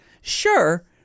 Sure